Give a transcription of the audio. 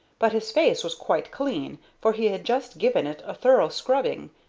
but his face was quite clean, for he had just given it a thorough scrubbing,